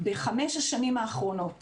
בחמש השנים האחרונות